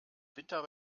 winter